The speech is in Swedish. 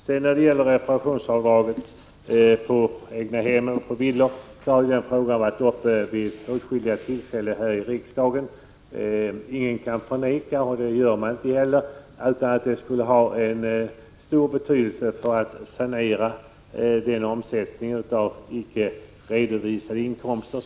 Frågan om reperationsavdrag på egnahem eller villor har vid åtskilliga tillfällen varit uppe till debatt här i riksdagen. Ingen kan förneka — det gör man inte heller — att ett sådant avdrag skulle ha stor betydelse för att sanera det här området när det gäller icke redovisade inkomster.